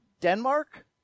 Denmark